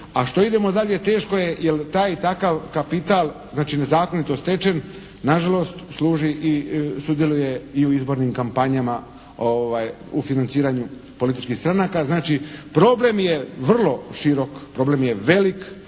a što idemo dalje teško je jer taj i takav kapital znači nezakonito stečen na žalost služi i sudjeluje i u izbornim kampanjama u financiranju političkih stranaka. Znači problem je vrlo širok, problem je velik